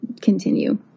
continue